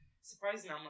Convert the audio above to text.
surprising